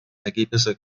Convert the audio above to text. ergebnisse